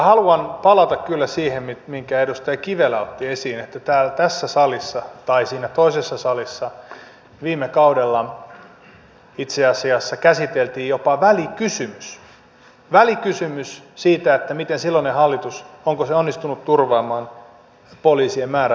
haluan kyllä palata siihen minkä edustaja kivelä otti esiin että tässä salissa tai siinä toisessa salissa viime kaudella itse asiassa käsiteltiin jopa välikysymys välikysymys siitä oliko silloinen hallitus onnistunut turvaamaan poliisien määrän ja resurssit